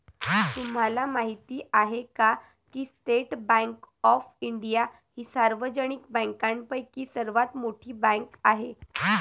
तुम्हाला माहिती आहे का की स्टेट बँक ऑफ इंडिया ही सार्वजनिक बँकांपैकी सर्वात मोठी बँक आहे